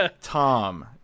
tom